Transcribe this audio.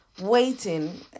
waiting